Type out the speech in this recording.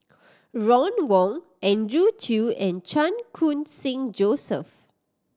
Ron Wong Andrew Chew and Chan Khun Sing Joseph